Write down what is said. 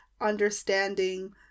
understanding